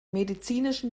medizinischen